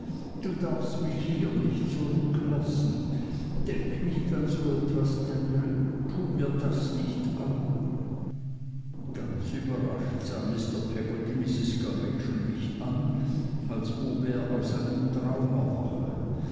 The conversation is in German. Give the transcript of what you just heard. du darfst mich hier nicht zurücklassen denk nicht an so etwas danl tue mir das nicht an ganz überrascht sah mr peggotty mrs gummidge und mich an als ob er aus einem traum erwache